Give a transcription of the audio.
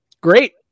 Great